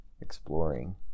exploring